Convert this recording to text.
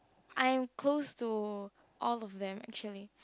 I am close to all of them actually